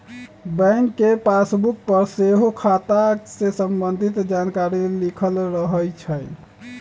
bank के passbook पर सेहो खता से संबंधित जानकारी लिखल रहै छइ